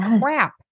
crap